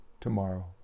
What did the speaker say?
tomorrow